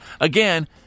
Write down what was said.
again